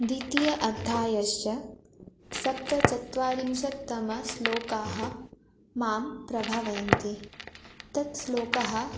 द्वितीय अध्यायस्य सप्तचत्वारिंशत्तमश्लोकाः मां प्रभावयन्ति तत् श्लोकः